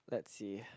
let's see